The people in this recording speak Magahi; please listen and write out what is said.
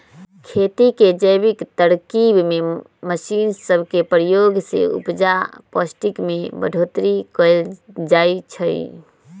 खेती के जैविक तरकिब में मशीन सब के प्रयोग से उपजा आऽ पौष्टिक में बढ़ोतरी कएल जाइ छइ